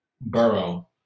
Burrow